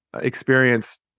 experience